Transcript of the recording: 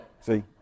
See